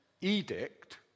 edict